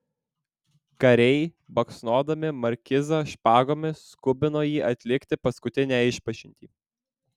kariai baksnodami markizą špagomis skubino jį atlikti paskutinę išpažintį